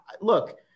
look